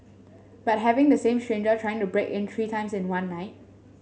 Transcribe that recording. but having the same stranger trying to break in three times in one night